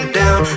down